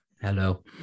Hello